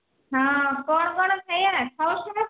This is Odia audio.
ହଁ କ'ଣ କ'ଣ ଖାଇବା ହେଉ ଶୁଣୁ